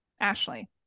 Ashley